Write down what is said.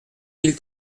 mille